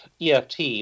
EFT